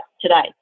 today